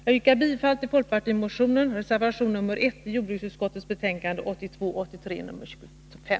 Jag yrkar bifall till folkpartireservationen nr 1 i jordbruksutskottets betänkande 1982/83:25.